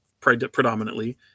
predominantly